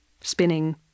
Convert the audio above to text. spinning